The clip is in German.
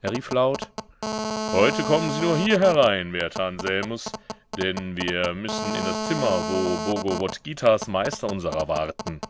er rief laut heute kommen sie nur hier herein werter anselmus denn wir müssen in das zimmer wo bhogovotgitas meister unsrer warten